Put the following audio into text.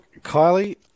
Kylie